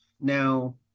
now